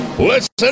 Listen